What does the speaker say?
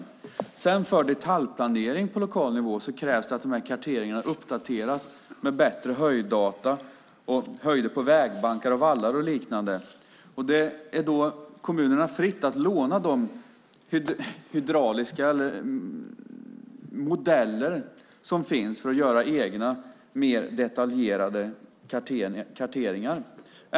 Sedan krävs det för detaljplanering på lokal nivå att de här karteringarna uppdateras med bättre höjddata, höjder på vägbankar och vallar och liknande. Det står då kommunerna fritt att låna de hydrauliska modeller som finns för att göra egna mer detaljerade karteringar.